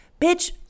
Bitch